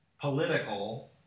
political